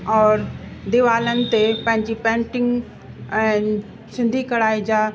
और दीवारनि ते पंहिंजी पेंटिंग ऐं सिंधी कढ़ाई जा